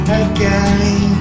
again